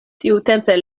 tiutempe